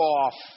off